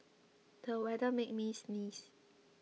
the weather made me sneeze